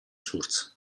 source